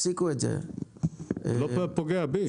זה לא פוגע בי.